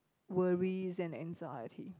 worries and anxiety